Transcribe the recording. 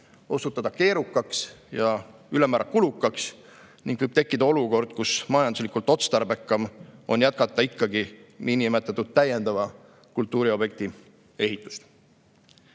osutuda keerukaks ja ülemäära kulukaks ning võib [juhtuda], et majanduslikult otstarbekam on jätkata ikkagi niinimetatud täiendava kultuuriobjekti ehitust. Teine